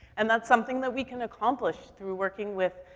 and that's something that we can accomplish through working with,